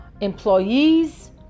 employees